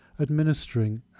administering